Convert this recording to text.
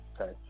okay